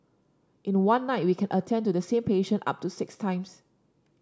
in one night we can attend to the same patient up to six times